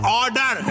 order